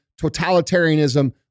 totalitarianism